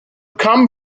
come